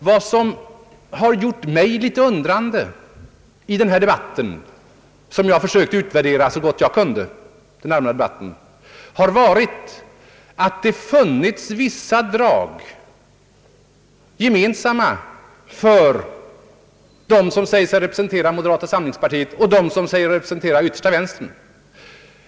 Vad som har gjort mig litet undrande i den allmänna debatten — som jag har försökt tillgodogöra mig så gott jag har kunnat — har varit att det har funnits vissa gemensamma drag mellan dem som säger sig representera moderata samlingspartiet och dem som säger sig representera yttersta vänstern.